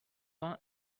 vingt